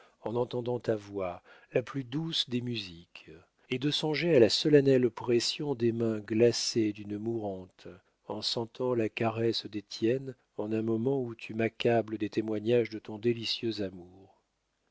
en entendant ta voix la plus douce des musiques et de songer à la solennelle pression des mains glacées d'une mourante en sentant la caresse des tiennes en un moment où tu m'accables des témoignages de ton délicieux amour